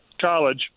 college